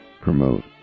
promote